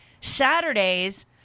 Saturdays